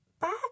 back